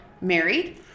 married